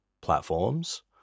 platforms